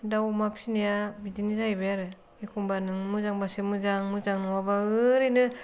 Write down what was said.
दाउ अमा फिसिनाया बिदिनो जाहैबाय आरो एखनबा नों मोजांबासो मोजां मोजां नङाबा ओरैनो